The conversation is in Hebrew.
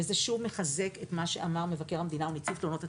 זה שוב מחזק את מה שאמר מבקר המדינה ונציבות תלונות הציבור.